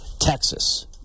texas